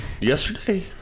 yesterday